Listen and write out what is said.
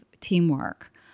teamwork